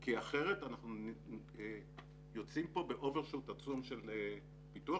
כי אחרת אנחנו יוצאים פה ב-overshoot עצום של פיתוח,